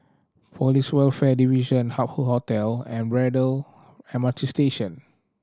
Police Welfare Division Hup Hoe Hotel and Braddell M R T Station